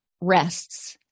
rests